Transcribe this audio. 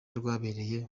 rwabereye